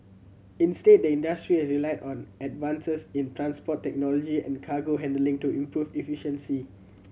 instead the industry has relied on advances in transport technology and cargo handling to improve efficiency